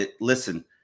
listen